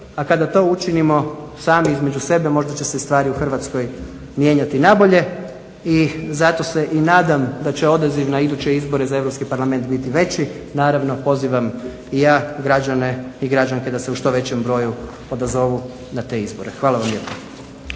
a kada to učinimo sami između sebe možda će se stvari u Hrvatskoj mijenjati na bolje. I zato se i nadam da će odaziv na iduće izbore za Europski parlament biti veći. Naravno, pozivam i ja građane i građanke da se u što većem broju odazovu na te izbore. Hvala vam lijepo.